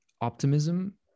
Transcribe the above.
optimism